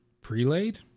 pre-laid